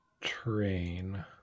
train